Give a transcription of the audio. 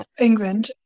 England